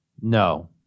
No